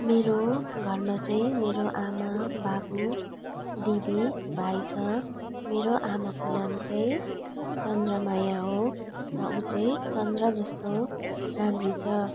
मेरो घरमा चाहिँ मेरो आमा बाबु दिदी भाइ छ मेरो आमाको नाम चाहिँ चन्द्रमाया हो र ऊ चाहिँ चन्द्र जस्तो राम्री छ